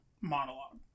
monologue